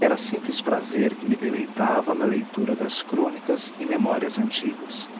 era simples prazer que me deleitava na leitura das crônicas e memórias antigas